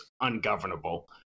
ungovernable